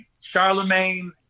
Charlemagne